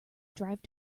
drive